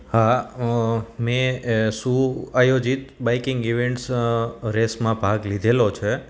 હા મેં સુઆયોજિત બાઈકિંગ ઈવેન્ટ્સ રેસમાં ભાગ લીધેલો છે